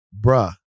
bruh